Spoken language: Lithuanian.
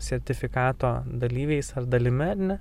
sertifikato dalyviais ar dalimi ar ne